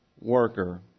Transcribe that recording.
worker